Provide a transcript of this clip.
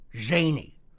zany